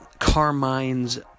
Carmine's